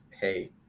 hey